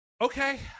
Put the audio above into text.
Okay